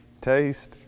taste